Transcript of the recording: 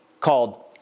called